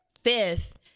Fifth